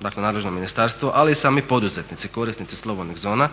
dakle nadležno ministarstvo ali i sami poduzetnici korisnici slobodnih zona